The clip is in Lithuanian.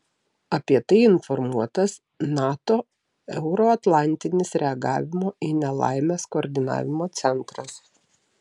apie tai informuotas nato euroatlantinis reagavimo į nelaimes koordinavimo centras